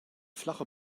flache